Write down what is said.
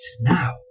now